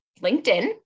LinkedIn